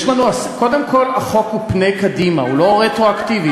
קודם כול, החוק צופה קדימה, הוא לא רטרואקטיבי.